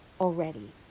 already